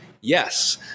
Yes